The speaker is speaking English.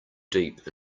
deep